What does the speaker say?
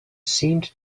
seemed